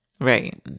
Right